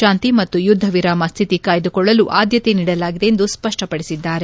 ಶಾಂತಿ ಮತ್ತು ಯುದ್ಧ ವಿರಾಮ ಸ್ಥಿತಿ ಕಾಯ್ದುಕೊಳ್ಳಲು ಆದ್ಧತೆ ನೀಡಲಾಗಿದೆ ಎಂದು ಸ್ಪಷ್ಟಪಡಿಸಿದ್ದಾರೆ